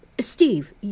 Steve